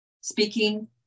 speaking